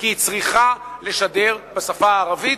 כי היא צריכה לשדר בשפה הערבית,